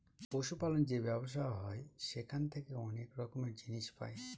পশু পালন যে ব্যবসা হয় সেখান থেকে অনেক রকমের জিনিস পাই